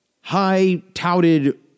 high-touted